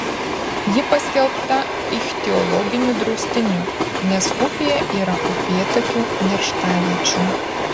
ji paskelbta ichtiologiniu draustiniu nes upėje yra upėtakių nerštaviečių